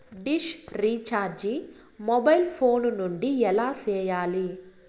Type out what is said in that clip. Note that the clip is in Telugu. డిష్ రీచార్జి మొబైల్ ఫోను నుండి ఎలా సేయాలి